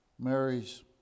Mary's